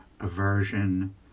aversion